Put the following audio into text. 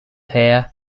hair